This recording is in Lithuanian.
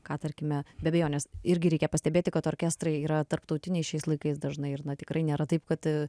ką tarkime be abejonės irgi reikia pastebėti kad orkestrai yra tarptautiniai šiais laikais dažnai ir na tikrai nėra taip kad